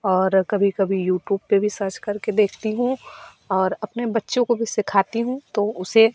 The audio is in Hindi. और कभी कभी यूट्यूब पे भी सर्च करके देखती हूँ और अपने बच्चों को भी सिखाती हूँ तो उसे